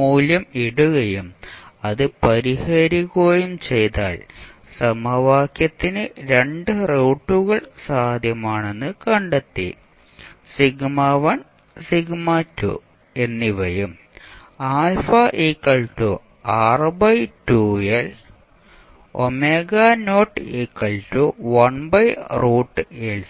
മൂല്യം ഇടുകയും അത് പരിഹരിക്കുകയും ചെയ്താൽ സമവാക്യത്തിന് 2 റൂട്ടുകൾ സാധ്യമാണെന്ന് കണ്ടെത്തി എന്നിവയും α R2L